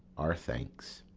our thanks.